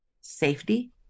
safety